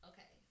Okay